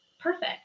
perfect